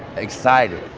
excited